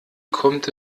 kommt